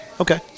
Okay